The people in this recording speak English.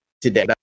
today